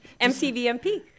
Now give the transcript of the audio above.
MCVMP